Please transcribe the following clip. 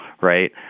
right